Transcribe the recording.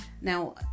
Now